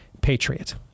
Patriot